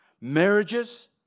Marriages